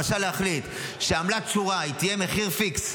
למשל להחליט שעמלת שורה תהיה מחיר פיקס,